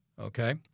okay